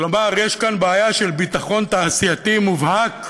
כלומר, יש כאן בעיה של ביטחון תעסוקתי מובהק.